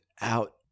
out